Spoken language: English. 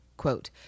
Quote